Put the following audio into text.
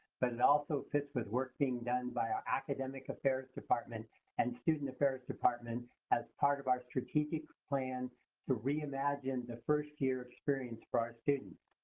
but it also fits with work being done by our academic affairs department and student affairs department as part of our strategic plan to re-imagine the first-year experience for our students.